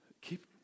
keep